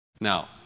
Now